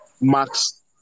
max